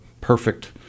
perfect